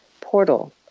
portal